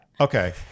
okay